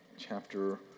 Chapter